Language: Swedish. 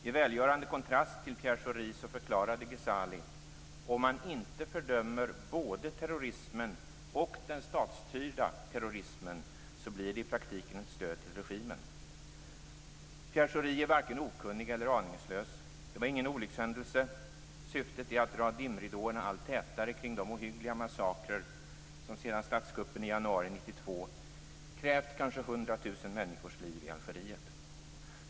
I välgörande kontrast till Pierre Schori förklarade Ghezali: "Om man inte fördömer både terrorismen och den statsstyrda terrorismen så blir det i praktiken ett stöd till regimen." Pierre Schori är varken okunnig eller aningslös. Det var ingen olyckshändelse. Syftet är att dra dimridåerna allt tätare kring de ohyggliga massakrer som sedan statskuppen i januari 1992 krävt kanske 100 000 människors liv i Algeriet.